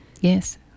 yes